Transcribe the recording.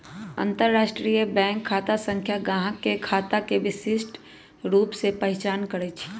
अंतरराष्ट्रीय बैंक खता संख्या गाहक के खता के विशिष्ट रूप से पहीचान करइ छै